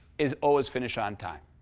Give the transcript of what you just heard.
is always finish on time.